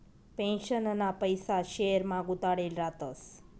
पेन्शनना पैसा शेयरमा गुताडेल रातस